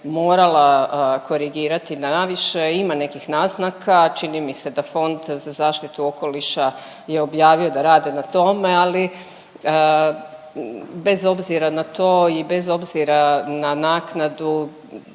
morala korigirati na više. Ima nekih naznaka, čini mi se da Fond za zaštitu okoliša je objavio da rade na tome ali bez obzira na to i bez obzira na naknadu,